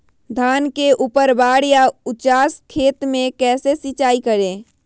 धान के ऊपरवार या उचास खेत मे कैसे सिंचाई करें?